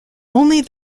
only